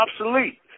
obsolete